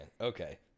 Okay